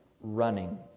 running